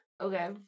Okay